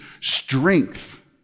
strength